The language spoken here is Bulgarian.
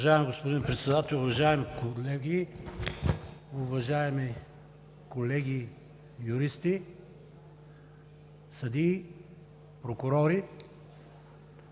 уважаеми колеги юристи, съдии, прокурори!